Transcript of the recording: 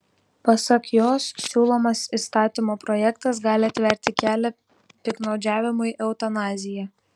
pasak jos siūlomas įstatymo projektas gali atverti kelią piktnaudžiavimui eutanazija